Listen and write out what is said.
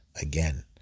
Again